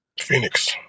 Phoenix